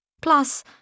Plus